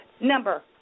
number